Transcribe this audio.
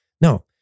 No